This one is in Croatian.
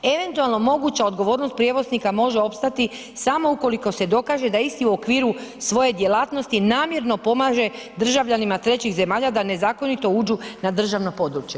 Eventualno moguća odgovornost prijevoznika može opstati samo ukoliko se dokaže da isti u okviru svoje djelatnosti namjerno pomaže državljanima trećih zemalja da nezakonito uđu na državno područje.